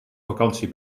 vakantie